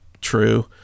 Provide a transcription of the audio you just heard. true